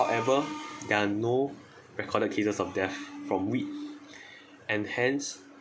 however there are no recorded cases of death from weed and hence